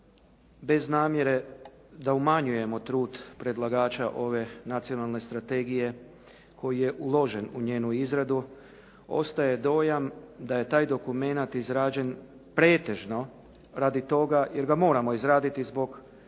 Bez namjere da umanjujemo trud predlagača ove nacionalne strategije koji je uložen u njenu izradu, ostaje dojam da je taj dokument izrađen pretežno radi toga jer ga moramo izraditi zbog